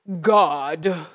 God